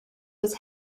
was